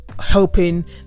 helping